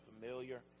familiar